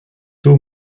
too